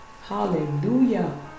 hallelujah